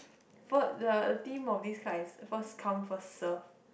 for the theme of this kinds first come first serve